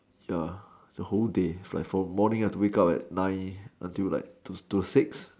ya the whole day it's like from morning I have to wake up like nine until like to to six